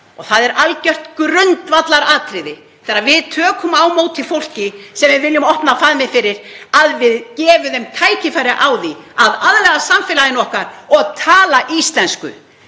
og það er algjört grundvallaratriði þegar við tökum á móti fólki sem við viljum opna faðminn fyrir, að við gefum þeim tækifæri á því að aðlagast samfélaginu okkar og tala íslensku,